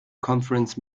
conference